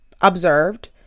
observed